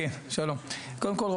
קודם כול,